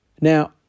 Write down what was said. Now